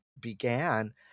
began